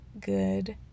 good